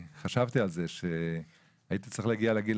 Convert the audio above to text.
חשבתי על זה שכנראה הייתי צריך להגיע לגיל